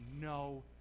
no